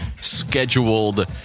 scheduled